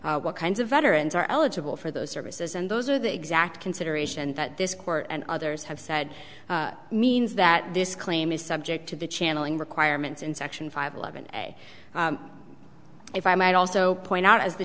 what kinds of veterans are eligible for those services and those are the exact consideration that this court and others have said means that this claim is subject to the channeling requirements in section five eleven a if i might also point out as the